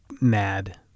mad